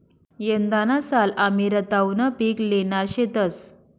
यंदाना साल आमी रताउनं पिक ल्हेणार शेतंस